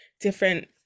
different